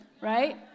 right